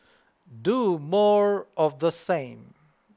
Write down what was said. do more of the same